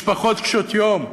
משפחות קשות יום,